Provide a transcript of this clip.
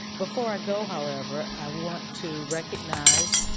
before i go, however, i want to recognize,